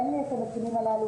אין לי את הנתונים הללו,